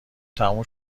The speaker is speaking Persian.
تموم